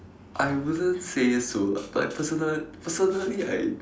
I wouldn't say so lah like personal~ personally I